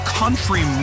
country